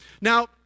now